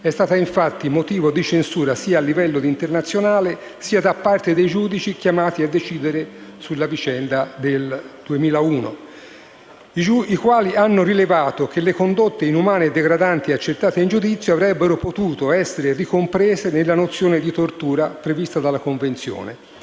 è stata infatti motivo di censura sia a livello internazionale, sia da parte dei giudici chiamati a decidere su quella vicenda, i quali hanno rilevato che le condotte inumane e degradanti accertate in giudizio avrebbero potuto indubbiamente essere ricomprese nella nozione di tortura prevista dalla Convenzione,